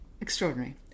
extraordinary